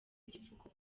igipfuko